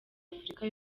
afurika